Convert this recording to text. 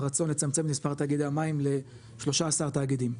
הרצון לצמצם את מספר תאגידי המים ל-13 תאגידים.